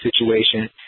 situation